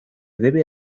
debe